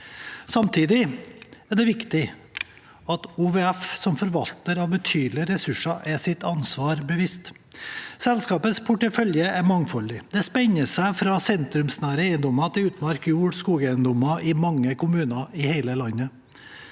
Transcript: Samtidig er det viktig at OVF som forvalter av betydelige ressurser er seg sitt ansvar bevisst. Selskapets portefølje er mangfoldig. Den spenner fra sentrumsnære eiendommer til utmarks-, jord- og skogeiendommer i mange kommuner i hele landet.